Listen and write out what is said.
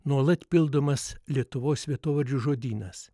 nuolat pildomas lietuvos vietovardžių žodynas